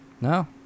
No